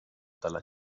dalla